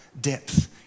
depth